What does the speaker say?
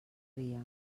dia